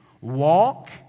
walk